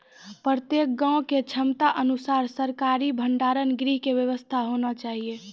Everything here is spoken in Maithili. प्रत्येक गाँव के क्षमता अनुसार सरकारी भंडार गृह के व्यवस्था होना चाहिए?